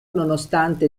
nonostante